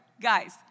guys